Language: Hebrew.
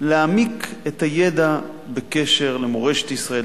להעמיק את הידע בקשר למורשת ישראל,